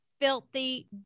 filthy